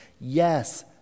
Yes